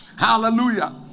Hallelujah